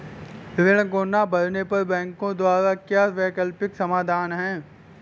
ऋण को ना भरने पर बैंकों द्वारा क्या वैकल्पिक समाधान हैं?